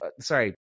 sorry